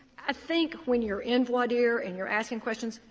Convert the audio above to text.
i think when you're in voir dire and you're asking questions,